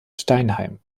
steinheim